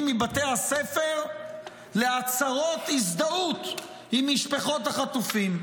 מבתי הספר לעצרות הזדהות עם משפחות החטופים.